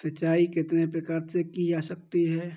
सिंचाई कितने प्रकार से की जा सकती है?